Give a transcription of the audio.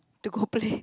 to go play